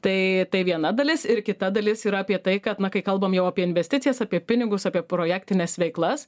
tai tai viena dalis ir kita dalis yra apie tai kad na kai kalbam jau apie investicijas apie pinigus apie projektines veiklas